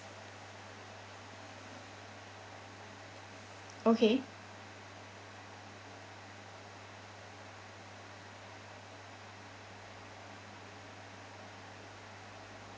okay